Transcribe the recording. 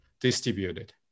distributed